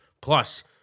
plus